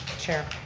chair,